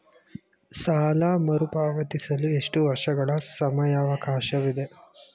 ಸಾಲ ಮರುಪಾವತಿಸಲು ಎಷ್ಟು ವರ್ಷಗಳ ಸಮಯಾವಕಾಶವಿದೆ?